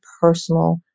personal